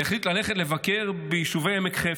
והחליט ללכת לבקר ביישובי עמק חפר,